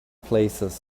places